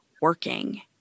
working